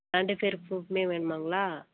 ரெண்டு பேர் ப்ரூஃப்புமே வேணுமாங்களா